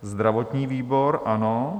Zdravotní výbor, ano.